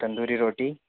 tandoori रोटी